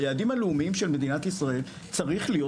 ביעדים הלאומיים של מדינת ישראל צריך להיות